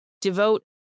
Devote